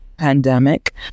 pandemic